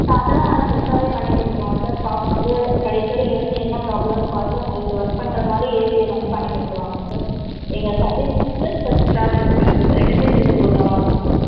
ஆ அதெல்லாம் நல்லா பெஸ்ட்டாவே பண்ணி கொடுத்துருவோம் சார் ஸ்டாஃப்ஸ் வந்து கடைசி வரை இருந்து என்ன ப்ராப்ளன்னு பார்த்து உங்களுக்கு ஒர்க் பண்ணுற மாதிரி ஏசியை வந்து பண்ணிக் கொடுத்துருவாங்க சார் எங்கள் service plus travel expenses sir ரெண்டுமே சேர்த்து கொடுக்குற மாதிரி இருக்கும் சார்